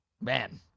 man